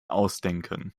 ausdenken